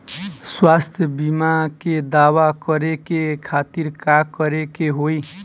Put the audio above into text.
स्वास्थ्य बीमा के दावा करे के खातिर का करे के होई?